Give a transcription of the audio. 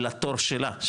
לתור שלה,